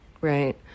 right